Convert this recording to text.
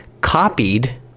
copied